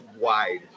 wide